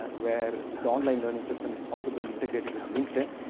where the online learning system is also being integrated with linkedin,